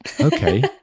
Okay